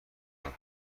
یاد